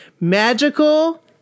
magical